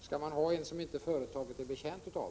Skall man ha en sådan som företaget inte är betjänt av?